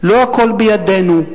לא הכול בידינו.